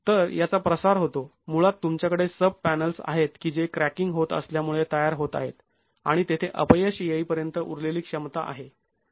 तर याचा प्रसार होतो मुळात तुमच्याकडे सब पॅनल्स् आहेत की जे क्रॅकिंग होत असल्यामुळे तयार होत आहेत आणि तेथे अपयश येईपर्यंत उरलेली क्षमता आहे